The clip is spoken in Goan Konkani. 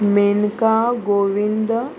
मेनका गोविंद